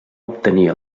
obtenir